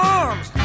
arms